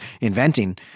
inventing